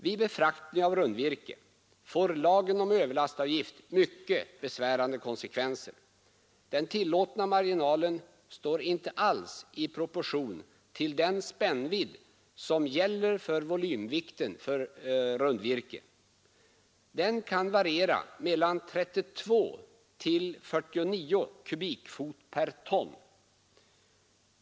Vid befraktning av rundvirke får lagen om överlastavgift mycket besvärande konsekvenser. Den tillåtna marginalen står inte alls i proportion till den spännvidd som gäller för volymvikten för rundvirke. Den kan variera mellan 32 och 49 kubikfot per ton.